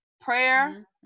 prayer